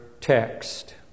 text